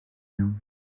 iawn